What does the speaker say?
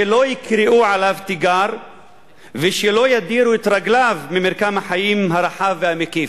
שלא יקראו עליו תיגר ושלא ידירו את רגליו ממרקם החיים הרחב והמקיף.